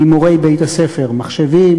ממורי בית-הספר: מחשבים,